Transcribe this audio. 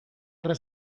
erre